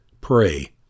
Pray